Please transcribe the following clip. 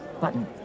button